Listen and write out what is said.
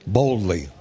boldly